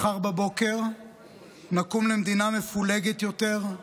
מחר בבוקר נקום למדינה מפולגת יותר,